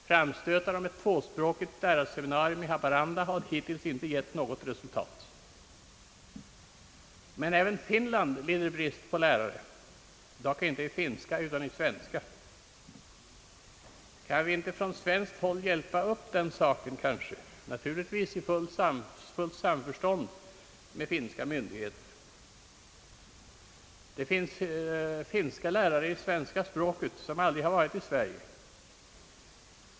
Framstötar om ett tvåspråkigt lärarseminarium i Haparanda har hittills inte givit något resultat. Men även Finland lider brist på lärare, dock inte i finska utan svenska. Kan vi inte från svenskt håll hjälpa upp detta förhållande, givetvis i fullt samförstånd med finska myndigheter? Det finns finska lärare i svenska språket som aldrig varit i Sverige.